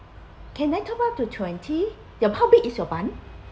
can I top up to twenty your how big is your bun